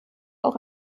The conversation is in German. auch